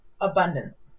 abundance